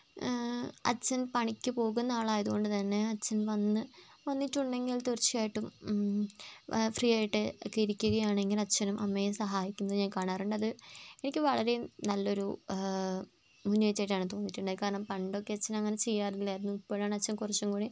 അച്ഛൻ പണിക്കു പോകുന്ന ആളായതുകൊണ്ടുതന്നെ അച്ഛൻ വന്ന് വന്നിട്ടുണ്ടെങ്കിൽ തീർച്ചയായിട്ടും ഫ്രീ ആയിട്ട് ഒക്കെ ഇരിക്കുകയാണെങ്കിൽ അച്ഛനും അമ്മയെ സഹായിക്കുന്നത് ഞാൻ കാണാറുണ്ട് അത് എനിക്ക് വളരെ നല്ലൊരു മുന്നേറ്റം ആയിട്ടാണ് തോന്നിട്ടുണ്ടായത് കാരണം പണ്ടൊക്കെ അച്ഛൻ അങ്ങനെ ചെയ്യാറില്ലായിരുന്നു ഇപ്പോഴാണ് അച്ഛൻ കുറച്ചും കൂടി